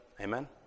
Amen